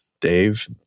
Dave